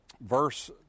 verse